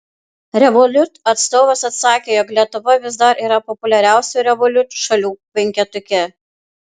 revolut atstovas atsakė jog lietuva vis dar yra populiariausių revolut šalių penketuke